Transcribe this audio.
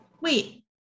Wait